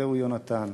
זהו יונתן.